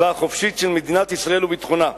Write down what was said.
והחופשית של מדינת ישראל וביטחונה.